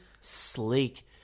sleek